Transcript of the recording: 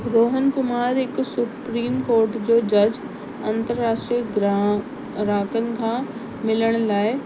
रोहन कुमार हिकु supreme court जो जज अंतर्राष्ट्रीय ग्राह ग्राहकनि सां मिलण लाइ